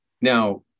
Now